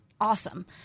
awesome